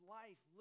life